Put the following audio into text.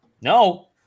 No